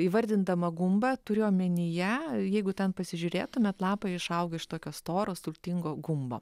įvardindama gumbą turiu omenyje jeigu ten pasižiūrėtumėt lapai išauga iš tokio storo sultingo gumbo